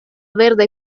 verde